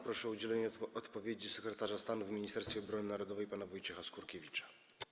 Proszę o udzielenie odpowiedzi sekretarza stanu w Ministerstwie Obrony Narodowej pana Wojciecha Skurkiewicza.